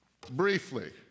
briefly